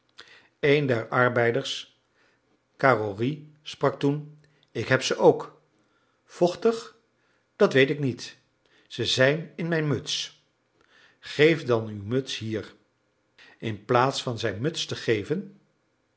een der arbeiders carrory sprak toen ik heb ze ook vochtig dat weet ik niet ze zijn in mijn muts geef dan uw muts hier inplaats van zijn muts te geven